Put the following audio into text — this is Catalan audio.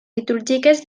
litúrgiques